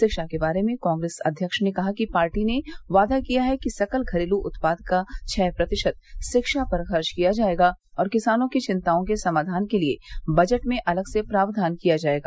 रिक्षा के बारे में कांग्रेस अध्यक्ष ने कहा कि पार्टी ने वादा किया है कि सकल घरेलू उत्पाद का छह प्रतिशत रिक्षा पर खर्च किया जाएगा और किसानों की चिंताओं के समाधान के लिए बजट में अलग से प्रावधान किया जाएगा